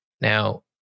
Now